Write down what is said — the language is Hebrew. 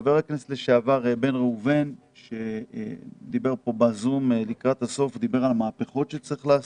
חבר הכנסת בן ראובן דיבר פה על מהפכות שצריך לעשות.